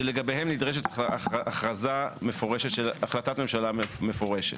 שלגביהן נדרשת הכרזה מפורשת של החלטת ממשלה מפורשת.